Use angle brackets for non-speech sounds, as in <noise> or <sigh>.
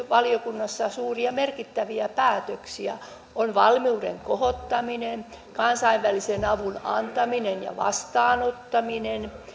<unintelligible> valiokunnassa suuria ja merkittäviä päätöksiä on valmiuden kohottaminen kansainvälisen avun antaminen ja vastaanottaminen